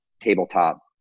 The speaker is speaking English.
tabletop